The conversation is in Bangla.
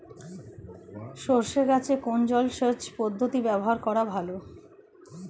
সরষে গাছে কোন জলসেচ পদ্ধতি ব্যবহার করা ভালো?